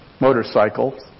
motorcycles